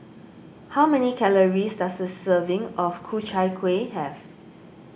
how many calories does a serving of Ku Chai Kueh have